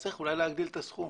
אז צריך אולי להגדיל את הסכום.